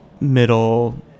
middle